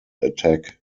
attack